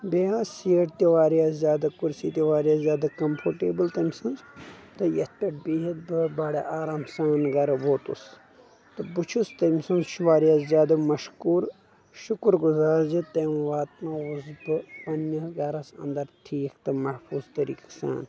بیٚیہِ ٲسۍ سیٖٹ تہِ واریاہ زیادٕ کُرسی تہِ واریاہ زیادٕ کمفرٹیبٕل تٔمۍ سٕنٛز تہٕ یتھ پٮ۪ٹھ بِہِتھ بہٕ بڑٕ آرام سان گرٕ ووتُس تہٕ بہٕ چھُس تٔمۍ سُنٛد واریاہ زیادٕ مشکوٗر شُکر گُزار زِ تٔمۍ واتنووُس بہٕ پننس گرس انٛدر ٹھیٖک تہٕ محفوٗظ طٔریٖقہٕ سان